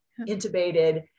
intubated